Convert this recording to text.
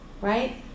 Right